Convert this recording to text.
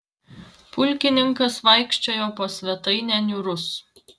pulkininkas vaikščiojo po svetainę niūrus